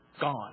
gone